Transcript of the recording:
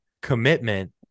commitment